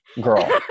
Girl